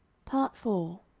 part four